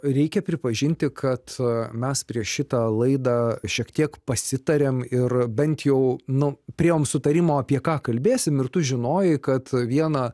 reikia pripažinti kad mes prieš šitą laidą šiek tiek pasitarėm ir bent jau nu priėjom sutarimo apie ką kalbėsim ir tu žinojai kad vieną